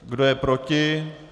Kdo je proti?